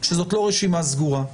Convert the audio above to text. שזאת לא רשימה סגורה,